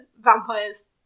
Vampires